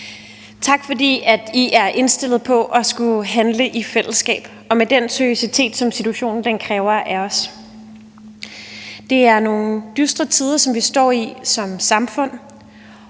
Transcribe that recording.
tak, fordi I er indstillet på at skulle handle i fællesskab og med den seriøsitet, som situationen kræver af os. Det er nogle dystre tider, som vi står i som samfund,